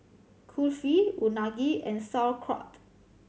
Kulfi Unagi and Sauerkraut